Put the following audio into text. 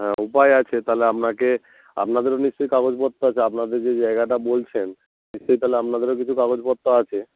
হ্যাঁ উপায় আছে তাহলে আপনাকে আপনাদেরও নিশ্চয়ই কাগজপত্র আছে আপনাদের যে জায়গাটা বলছেন নিশ্চয়ই তাহলে আপনাদেরও কিছু কাগজপত্র আছে